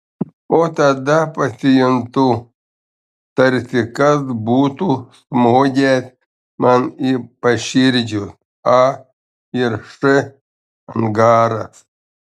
o tada pasijuntu tarsi kas būtų smogęs man į paširdžius a ir š angaras